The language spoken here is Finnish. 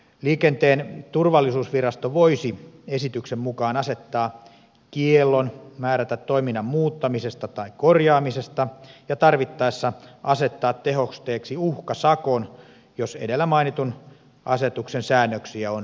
liikenteen turvallisuusvirasto voisi esityksen mukaan asettaa kiellon määrätä toiminnan muuttamisesta tai korjaamisesta ja tarvittaessa asettaa tehosteeksi uhkasakon jos edellä mainitun asetuksen säännöksiä on rikottu